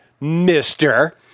mister